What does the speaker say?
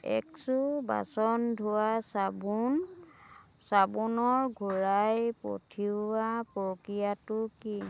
x' বাচন ধোৱা চাবোন চাবোনৰ ঘূৰাই পঠিওৱাৰ প্ৰক্ৰিয়াটো কি